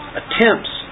attempts